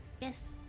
Yes